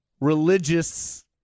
religious